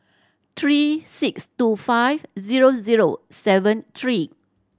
three six two five zero zero seven three